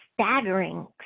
staggering